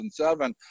2007